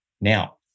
now